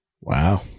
Wow